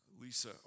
Lisa